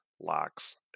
locks